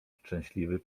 szczęśliwy